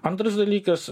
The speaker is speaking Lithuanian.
antras dalykas